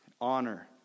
honor